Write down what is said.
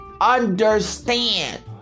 understand